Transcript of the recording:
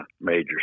major